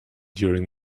during